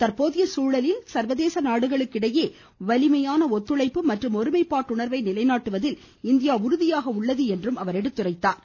தற்போதைய சூழலில் சர்வதேச நாடுகளுக்கு இடையே வலிமையான ஒத்துழைப்பு மற்றும் ஒருமைப்பாட்டுணர்வை நிலைநாட்டுவதில் இந்தியா உறுதியாக உள்ளது என்றும் அவர் குறிப்பிட்டார்